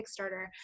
Kickstarter